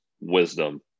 wisdom